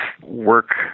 work